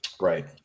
Right